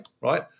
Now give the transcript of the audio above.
Right